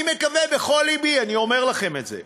אני מקווה בכל לבי, אני אומר לכם את זה,